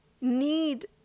need